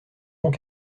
donc